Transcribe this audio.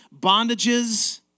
bondages